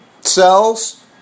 cells